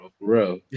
bro